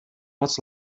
moc